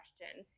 question